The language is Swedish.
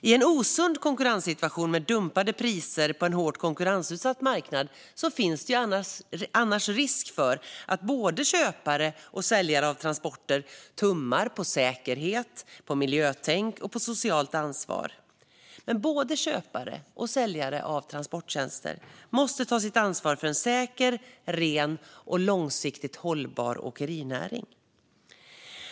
I en osund konkurrenssituation med dumpade priser på en hårt konkurrensutsatt marknad finns det annars risk för att både köpare och säljare av transporter tummar på säkerhet, miljötänk och socialt ansvar. Men både köpare och säljare av transporttjänster måste ta sitt ansvar för en säker, ren och långsiktigt hållbar åkerinäring.